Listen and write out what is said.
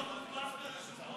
הצביעו על החוק הקודם.